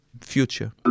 future